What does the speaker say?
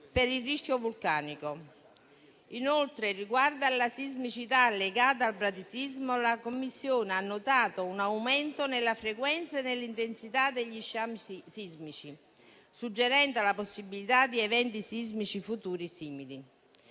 per il rischio vulcanico. Inoltre, per quanto riguarda la sismicità legata al bradisismo, la Commissione ha notato un aumento nella frequenza e nell'intensità degli sciami sismici, suggerendo la possibilità di eventi sismici futuri simili.